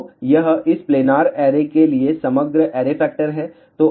तो यह इस प्लेनार ऐरे के लिए समग्र ऐरे फैक्टर है